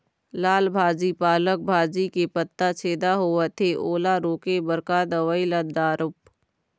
लाल भाजी पालक भाजी के पत्ता छेदा होवथे ओला रोके बर का दवई ला दारोब?